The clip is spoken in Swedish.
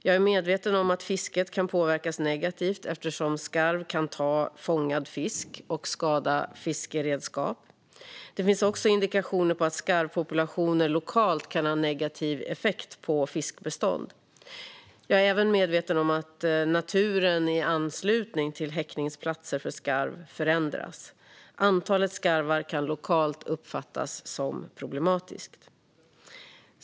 Jag är medveten om att fisket kan påverkas negativt eftersom skarv kan ta fångad fisk och skada fiskeredskap. Det finns också indikationer på att skarvpopulationer lokalt kan ha negativ effekt på fiskbestånd. Jag är även medveten om att naturen i anslutning till häckningsplatser för skarv förändras. Antalet skarvar kan lokalt uppfattas som problematiskt.